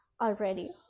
already